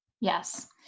Yes